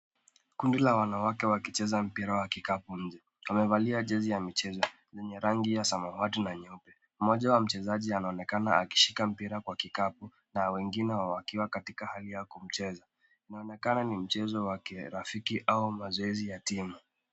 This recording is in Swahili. Kundi la wanawake wakicheza mpira wa kikapu nje. Wamevalia jezi ya michezo yenye rangi ya samawati na nyeupe. Mmoja wa wachezaji anaonekana akishika mpira wa kikapu na wengine wakiwa katika hali ya kumcheza. Inaonekana ni mchezo wa kirafiki au mazoezi ya timu.